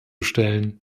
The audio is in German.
stellen